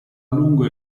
lungo